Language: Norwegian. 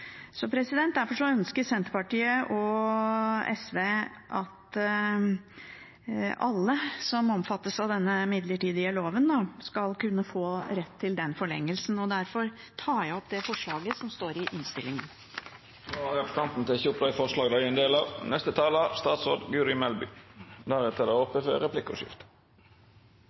Derfor ønsker Senterpartiet og SV at alle som omfattes av denne midlertidige loven, skal kunne få rett til den forlengelsen. Jeg tar opp forslaget som står i innstillingen. Representanten Karin Andersen har tatt opp det forslaget hun refererte til. Utbruddet av